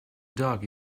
dog